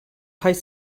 heißt